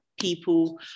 people